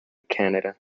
canada